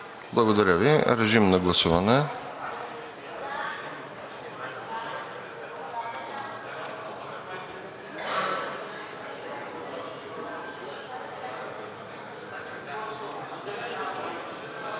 Благодаря Ви. Режим на прегласуване.